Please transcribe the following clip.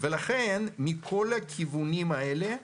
ולכן מכל הכיוונים האלה,